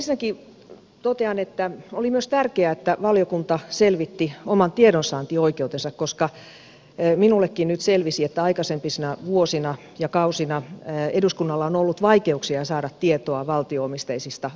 ensinnäkin totean että oli myös tärkeää että valiokunta selvitti oman tiedonsaantioikeutensa koska minullekin nyt selvisi että aikaisempina vuosina ja kausina eduskunnalla on ollut vaikeuksia saada tietoa valtio omisteisista yhtiöistä